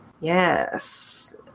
Yes